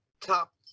top